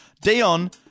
Dion